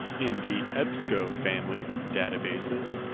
in the ebsco family of databases,